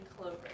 Clover